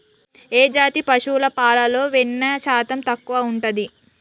ఏ జాతి పశువుల పాలలో వెన్నె శాతం ఎక్కువ ఉంటది?